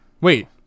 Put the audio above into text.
Wait